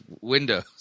Windows